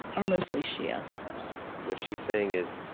are mostly shia what she's saying is,